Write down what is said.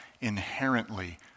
inherently